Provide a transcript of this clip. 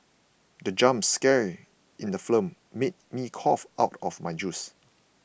the jump scare in the film made me cough out my juice